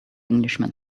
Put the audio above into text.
englishman